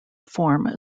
form